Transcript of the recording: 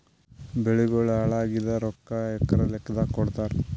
ಬೆಳಿಗೋಳ ಹಾಳಾಗಿದ ರೊಕ್ಕಾ ಎಕರ ಲೆಕ್ಕಾದಾಗ ಕೊಡುತ್ತಾರ?